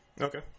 Okay